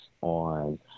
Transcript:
on